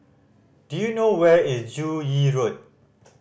do you know where is Joo Yee Road